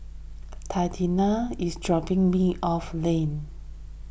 Tatiana is dropping me off Lane